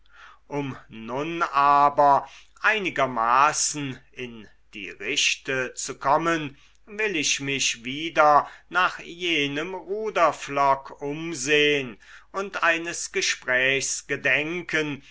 um nun aber einigermaßen in die richte zu kommen will ich mich wieder nach jenem ruderpflock umsehen und eines gesprächs gedenken